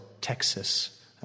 Texas